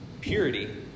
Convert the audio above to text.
purity